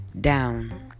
down